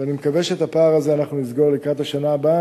ואני מקווה שאת הפער הזה אנחנו נסגור לקראת השנה הבאה,